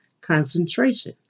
concentration